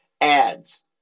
ads